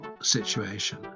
situation